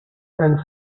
and